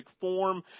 form